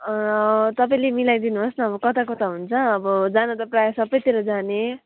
तपाईँले मिलाइदिनु होस् न कता कता हुन्छ अब जान त प्रायः सबैतिर जाने